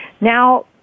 Now